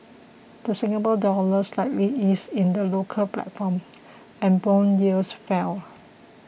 the Singapore Dollar slightly eased in the local platform and bond yields fell